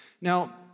Now